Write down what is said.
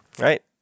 Right